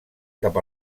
cap